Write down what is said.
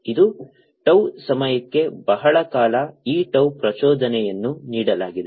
ಇದು tau ಸಮಯಕ್ಕೆ ಬಹಳ ಕಾಲ ಈ tau ಪ್ರಚೋದನೆಯನ್ನು ನೀಡಲಾಗಿದೆ